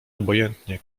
obojętnie